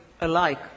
alike